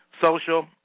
social